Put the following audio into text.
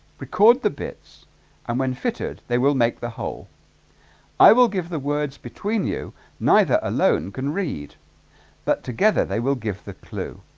record the bits and when fitted they will make the whole i will give the words between you neither alone can read but together they will give the clue